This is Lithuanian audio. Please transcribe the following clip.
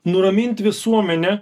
nuramint visuomenę